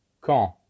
quand